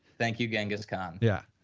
thank you, genghis khan yeah